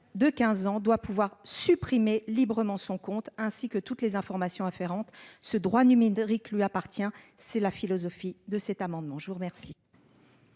de 15 ans doit pouvoir supprimer librement son compte ainsi que toutes les informations afférentes ce droit numérique lui appartient, c'est la philosophie de cet amendement, je vous remercie.